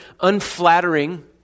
unflattering